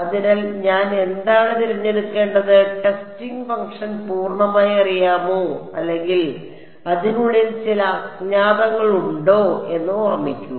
അതിനാൽ ഞാൻ എന്താണ് തിരഞ്ഞെടുക്കേണ്ടത് ടെസ്റ്റിംഗ് ഫംഗ്ഷൻ പൂർണ്ണമായി അറിയാമോ അല്ലെങ്കിൽ അതിനുള്ളിൽ ചില അജ്ഞാതങ്ങളുണ്ടോ എന്ന് ഓർമ്മിക്കുക